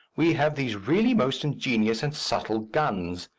we have these really most ingenious and subtle guns.